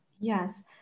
Yes